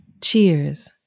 cheers